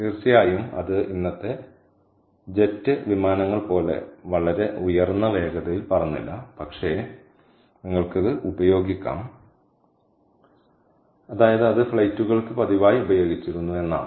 തീർച്ചയായും ഇത് ഇന്നത്തെ ജെറ്റ് വിമാനങ്ങൾ പോലെ വളരെ ഉയർന്ന വേഗതയിൽ പറന്നില്ല പക്ഷേ നിങ്ങൾക്ക് ഇത് ഉപയോഗിക്കാം അതായത് അത് ഫ്ലൈറ്റുകൾക്ക് പതിവായി ഉപയോഗിച്ചിരുന്നു എന്നാണ്